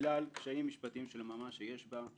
בגלל קשיים משפטיים של ממש שיש בה,